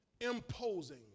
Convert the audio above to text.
Imposing